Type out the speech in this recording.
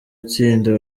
itsinda